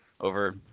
over